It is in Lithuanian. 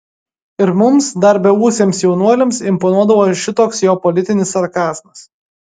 ir mums dar beūsiams jaunuoliams imponuodavo šitoks jo politinis sarkazmas